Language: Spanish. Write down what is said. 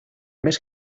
mes